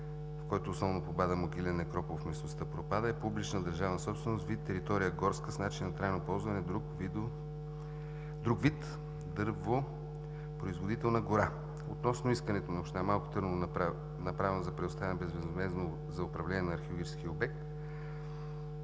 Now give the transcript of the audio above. в който основно попада „Могилен некропол“ в местността Пропада е публична държавна собственост, вид територия горска, с начин на трайно ползване, друг вид дървопроизводителна гора. Относно искането на община Малко Търново, направено за предоставяне на безвъзмездно управление на археологическия обект